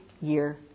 year